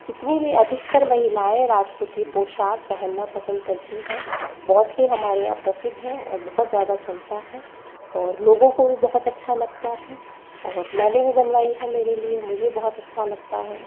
जितनी भी अधिकतर महिलाएं राजपूती पोशाक पहनना पसंद करती हैं बहुत ही हमारे यहाँ प्रसिद्ध है और बहुत ज़्यादा चलता है और लोगों को भी बहुत अच्छा लगता है और मैंने भी बनवाई हैं मेरे लिए मुझे भी बहुत अच्छा लगता है